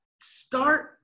start